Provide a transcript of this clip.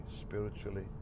spiritually